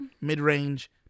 mid-range